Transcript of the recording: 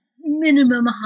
minimum